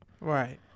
Right